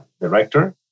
director